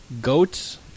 goats